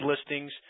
listings